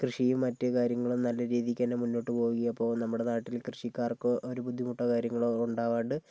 കൃഷിയും മാറ്റ് കാര്യങ്ങളും നല്ല രീതിക്ക് തന്നെ മുന്നോട്ട് പോകും അപ്പോൾ നമ്മുടെ നാട്ടിൽ കൃഷിക്കാർക്ക് ഒരു ബുദ്ധിമുട്ടോ കാര്യങ്ങളോ ഉണ്ടാകാണ്ട്